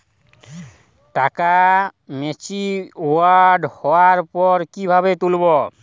টাকা ম্যাচিওর্ড হওয়ার পর কিভাবে তুলব?